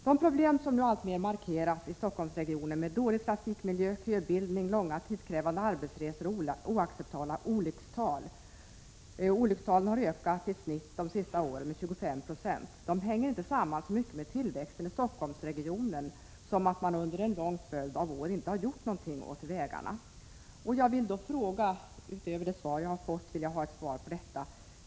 De problem som nu alltmer uppenbaras i Stockholmsområdet, med dålig trafikmiljö, köbildning, långa och tidskrävande arbetsresor samt oacceptabelt höga olyckstal — antalet olyckor har de senaste åren ökat med i snitt 25 96 — hänger inte så mycket samman med tillväxten i Stockholmsområdet som med att man under en lång följd av år inte har gjort något åt vägarna. Utöver det svar jag har fått vill jag ha svar på detta.